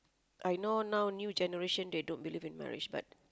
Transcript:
I know now new generation they don't believe in marriage but